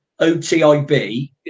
OTIB